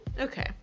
Okay